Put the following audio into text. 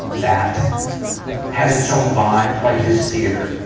that has its own vibe, like this theater.